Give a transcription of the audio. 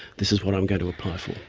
this is what i'm going to apply for.